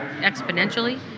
exponentially